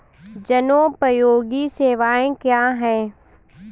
जनोपयोगी सेवाएँ क्या हैं?